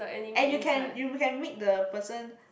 and you can you can make the person